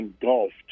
engulfed